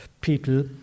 people